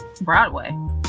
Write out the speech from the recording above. Broadway